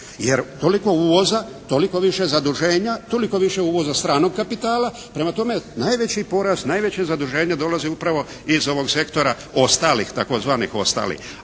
Jer toliko uvoza, toliko više zaduženja, toliko više uvoza stranog kapitala, prema tome najveći porast, najveće zaduženje dolazi upravo iz ovog sektora ostalih tzv. ostalih.